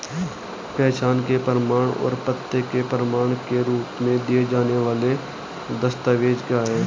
पहचान के प्रमाण और पते के प्रमाण के रूप में दिए जाने वाले दस्तावेज क्या हैं?